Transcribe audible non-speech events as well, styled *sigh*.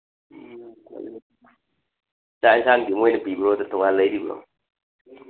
*unintelligible* ꯆꯥꯛ ꯑꯦꯟꯁꯥꯡꯗꯤ ꯃꯣꯏꯅ ꯄꯤꯕ꯭ꯔꯣ ꯇꯣꯉꯥꯟ ꯂꯩꯔꯤꯕ꯭ꯔꯣ